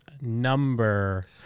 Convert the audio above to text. number